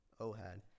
Ohad